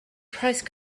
price